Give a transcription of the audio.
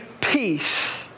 peace